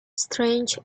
strange